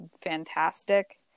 fantastic